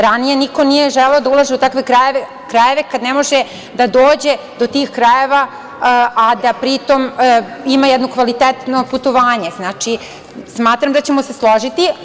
Ranije niko nije želeo da ulaže u takve krajeve kad ne može da dođe do tih krajeva, a da pri tom ima jednu kvalitetno putovanje, znači, smatram da ćemo se složiti.